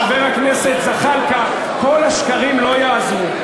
חבר הכנסת זחאלקה, כל השקרים לא יעזרו.